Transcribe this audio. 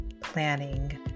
planning